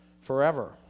forever